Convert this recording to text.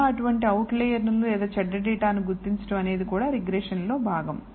ఎలా అటువంటి అవుట్లైయర్లను లేదా చెడు డేటాను గుర్తించడం అనేది కూడా రిగ్రెషన్లో భాగం